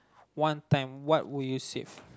one time what would you save